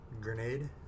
grenade